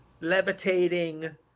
levitating